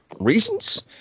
reasons